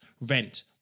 rent